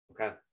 Okay